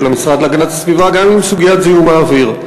המשרד להגנת הסביבה גם עם סוגיית זיהום האוויר.